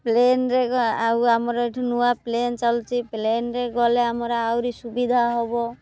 ପ୍ଲେନ୍ରେ ଆଉ ଆମର ଏଇଠୁ ନୂଆ ପ୍ଲେନ୍ ଚାଲୁଛି ପ୍ଲେନ୍ରେ ଗଲେ ଆମର ଆହୁରି ସୁବିଧା ହବ